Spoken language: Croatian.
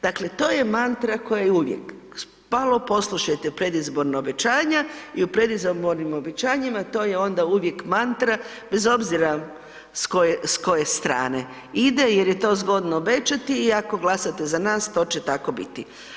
Dakle, to je mantra koja je uvijek, malo poslušajte predizborno obećanja i u predizbornim obećanjima to je onda uvijek mantra bez obzira s koje strane ide jer je to zgodno obećati i ako glasate za nas to će tako biti.